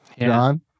John